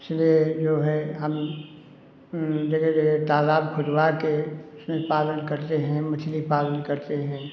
इसलिए जो है हम जगह जगह तालाब खुदवा के उसमें पालन करते हैं मछली पालन करते हैं